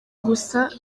gusa